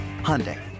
Hyundai